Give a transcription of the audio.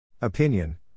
Opinion